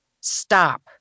stop